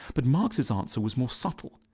but marx's answer was more subtle.